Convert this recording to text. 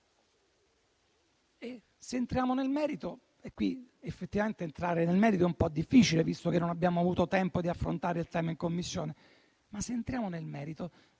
Se entriamo nel merito - e qui effettivamente entrare nel merito è un po' difficile, visto che non abbiamo avuto tempo di affrontare il tema in Commissione - state mostrando il peggio